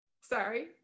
sorry